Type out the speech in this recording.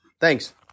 Thanks